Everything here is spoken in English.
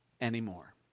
anymore